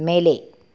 மேலே